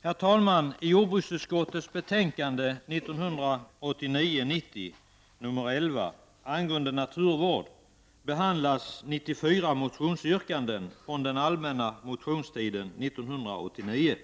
Herr talman! I jordbruksutskottets betänkande 1989/90:11 angående naturvård behandlas 94 motionsyrkanden från den allmänna motionstiden 1989.